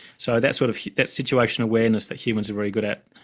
so that sort of that situation awareness that humans are very good at,